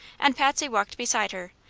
and patsy walked beside her,